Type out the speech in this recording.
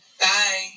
Bye